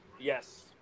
Yes